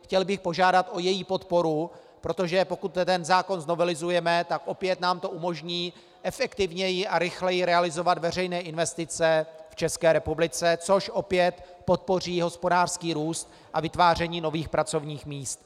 Chtěl bych požádat o její podporu, protože pokud ten zákon znovelizujeme, tak opět nám to umožní efektivněji a rychleji realizovat veřejné investice v České republice, což opět podpoří hospodářský růst a vytváření nových pracovních míst.